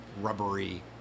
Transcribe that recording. rubbery